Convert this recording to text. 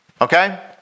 Okay